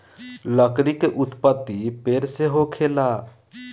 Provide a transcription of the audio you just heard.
लकड़ी के उत्पति पेड़ से होखेला